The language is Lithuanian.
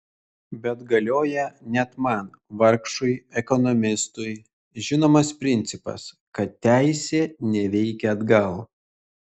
bet galioja net man vargšui ekonomistui žinomas principas kad teisė neveikia atgal